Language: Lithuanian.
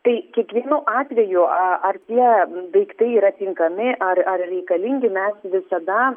tai kiekvienu atveju a ar tie daiktai yra tinkami ar ar reikalingi mes visada